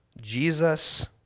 Jesus